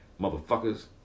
Motherfuckers